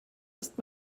ist